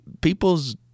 People's